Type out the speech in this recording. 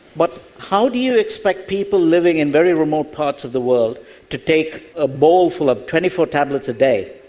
but how do you expect people living in very remote parts of the world to take a bowlful of twenty four tablets a day,